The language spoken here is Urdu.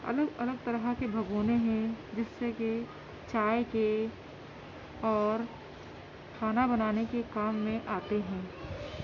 الگ الگ طرح کے بھگونے ہیں جس سے کہ چائے کے اور کھانا بنانے کے کام میں آتے ہیں